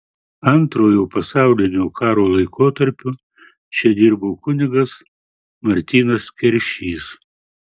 antrojo pasaulinio karo laikotarpiu čia dirbo kunigas martynas keršys